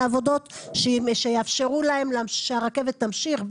אלא עבודות שיאפשרו להם שהרכבת תמשיך,